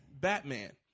Batman